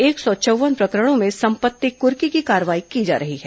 एक सौ चौव्वन प्रकरणों में संपत्ति कुर्की की कार्रवाई की जा रही है